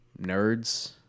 nerds